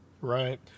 right